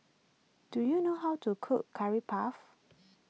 do you know how to cook Curry Puff